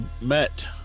met